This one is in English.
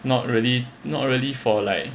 not really not really for like